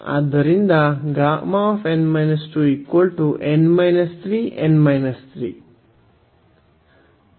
ಆದ್ದರಿಂದ Γ